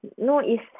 no it's